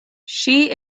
she